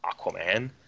Aquaman